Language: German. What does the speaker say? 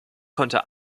konnte